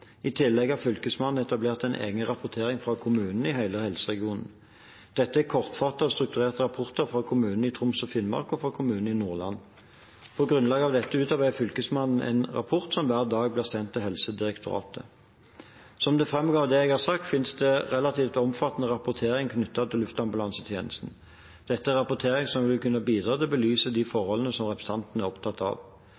I tillegg har Fylkesmannen etablert en egen rapportering fra kommunene i hele helseregionen. Dette er kortfattede og strukturerte rapporter fra kommunene i Troms og Finnmark og fra kommunene i Nordland. På grunnlag av dette utarbeider Fylkesmannen en rapport som hver dag blir sendt til Helsedirektoratet. Som det framgår av det jeg har sagt, finnes det relativt omfattende rapportering knyttet til luftambulansetjenesten. Dette er rapportering som vil kunne bidra til å belyse de